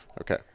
Okay